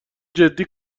جدی